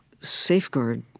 safeguard